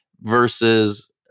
versus